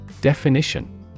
Definition